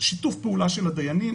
שיתוף פעולה של הדיינים.